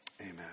Amen